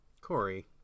Corey